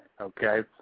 Okay